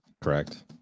Correct